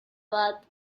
bat